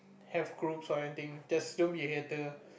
have groups or anything just don't be hater